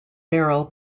barrel